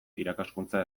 irakaskuntza